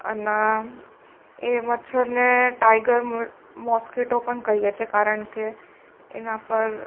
અન એ મચ્છરને tiger mosquito પણ કહીએ છીએ કારણ કે એના પર